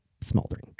smoldering